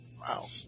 Wow